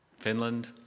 Finland